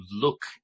look